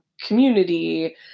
community